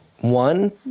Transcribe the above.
one